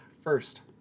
First